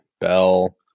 Bell